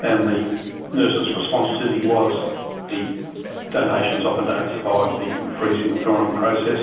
and the nurse's response to me was the donations often don't survive the freezing and thawing process